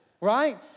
right